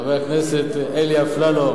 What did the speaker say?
חבר הכנסת אלי אפללו